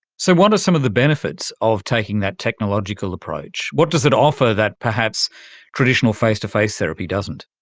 so what are some of the benefits of taking that technological approach? what does it offer that perhaps traditional face-to-face therapy doesn't?